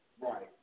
Right